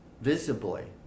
visibly